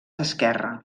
esquerre